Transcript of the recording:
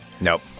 Nope